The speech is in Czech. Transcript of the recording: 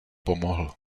pomohl